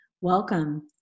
Welcome